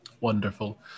Wonderful